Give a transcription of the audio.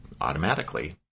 automatically